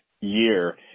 year